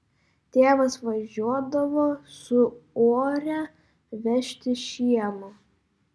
tėvas važiuodavo su uore vežti šieno